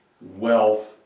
wealth